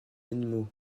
animaux